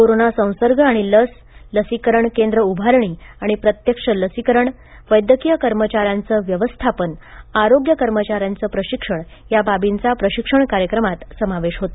corona संसर्ग आणि लस लसीकरण केंद्र उभारणी आणि प्रत्यक्ष लसीकरण वैद्यकीय कचऱ्याचे व्यवस्थापन आरोग्य कर्मचाऱ्यांचे प्रशिक्षण या बाबींचा प्रशिक्षण कार्यक्रमात समावेश होता